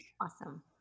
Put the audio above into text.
Awesome